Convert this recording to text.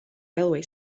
railway